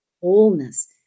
wholeness